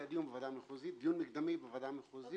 היה דיון מקדמי בוועדה המחוזית.